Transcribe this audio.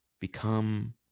Become